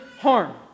harm